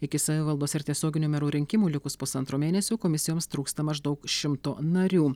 iki savivaldos ir tiesioginių merų rinkimų likus pusantro mėnesio komisijoms trūksta maždaug šimto narių